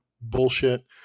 bullshit